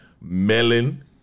Melon